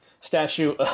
statue